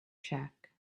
check